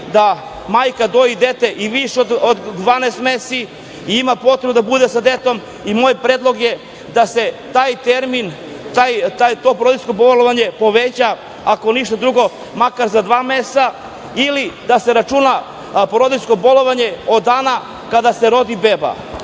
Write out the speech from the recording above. da majka doji dete i više od 12 meseci i ima potrebu da bude sa detetom i moj predlog je da se taj termin, to porodiljsko bolovanje poveća, ako ništa drugo makar za dva meseca ili da se računa porodiljsko bolovanje od dana kada se rodi beba.